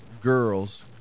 girls